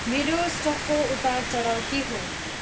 मेरो स्टकको उतारचढाव के हो